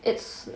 it's